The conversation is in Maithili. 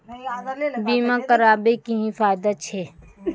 बीमा कराबै के की फायदा छै?